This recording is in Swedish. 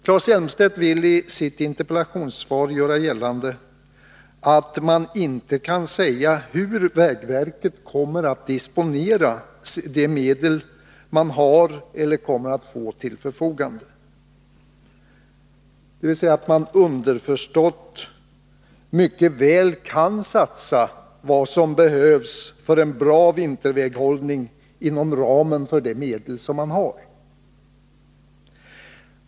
Claes Elmstedt vill i sitt interpellationssvar göra gällande att det inte är möjligt att säga hur vägverket kommer att disponera de medel verket har eller kommer att få till förfogande, att verket underförstått mycket väl kan satsa vad som behövs för en bra vinterväghållning inom ramen för de medel som finns.